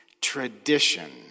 Tradition